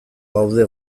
gaude